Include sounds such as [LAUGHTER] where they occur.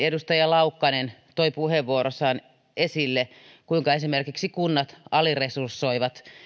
[UNINTELLIGIBLE] edustaja laukkanen toi puheenvuorossaan esille kuinka kunnat esimerkiksi aliresursoivat